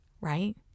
right